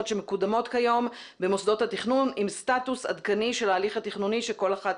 שמקודמות כיום במוסדות התכנון עם סטטוס עדכני של ההליך התכנוני שכל אחת